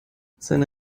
seine